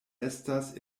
estas